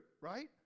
right